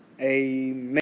Amen